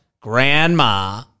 grandma